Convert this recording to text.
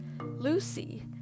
Lucy